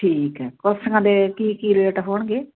ਠੀਕ ਹੈ ਕੁਰਸੀਆਂ ਦੇ ਕੀ ਕੀ ਰੇਟ ਹੋਣਗੇ